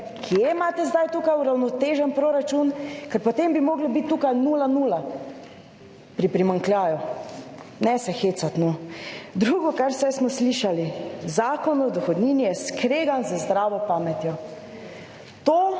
kje imate sedaj tukaj uravnotežen proračun. Ker potem bi moralo biti tukaj nula, nula. Pri primanjkljaju. Ne se hecati, no. Drugo, kar smo slišali: Zakon o dohodnini je skregan z zdravo pametjo.